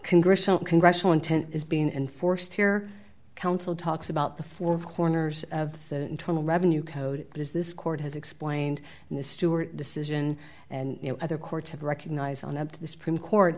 congressional congressional intent is being enforced here counsel talks about the four corners of the internal revenue code is this court has explained in the stewart decision and other courts have recognized on up to the supreme court